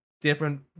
different